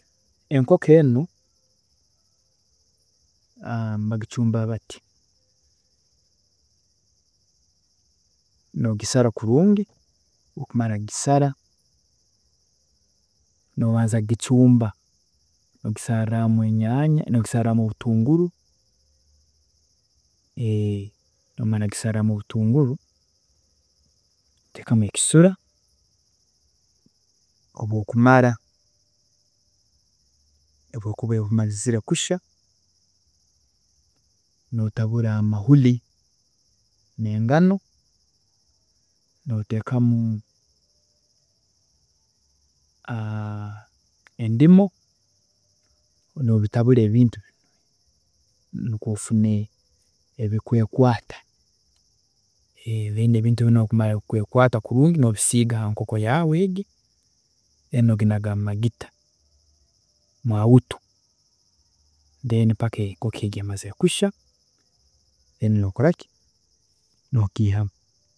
﻿Enkoko enu nibagicumba bati, nogisara kurungi, nomara kugisara, nobanza kugicumba, nogisaarramu enyaya nogisaarramu obutunguru, nomara kugisarramu obutunguru, noteekamu ekisura, obu okumara, obwekuba emazire kushya, notabura amahuri nengano, noteekamu endimu, nobitabura ebintu binu nikwe ofune ebikweekwaata, then ebintu binu obu bikumara kweekwaata kurungi nobisiiga hankoko yaawe egi then noginaga mumagita, mu awutu, then paka enkoko egi emazire kushya then nokoraki, nogiihamu